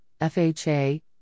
FHA